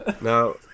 now